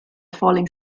falling